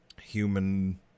human